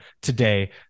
today